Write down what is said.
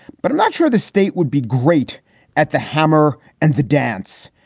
but i'm not sure the state would be great at the hammer and the dance.